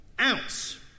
ounce